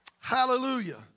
Hallelujah